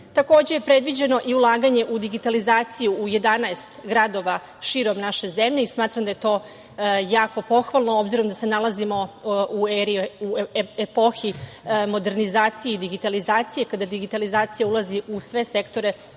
ustanove. Predviđeno je i ulaganje u digitalizaciju u 11 gradova širom naše zemlje i smatram da je to jako pohvalno, obzirom da se nalazimo u epohi modernizacije i digitalizacije. Kada digitalizacija ulazi u sve sektore,